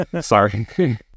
sorry